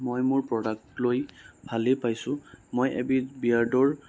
মই মোৰ প্ৰডাক্ট লৈ ভালে পাইছোঁ মই মোৰ বিয়েৰ্ডৰ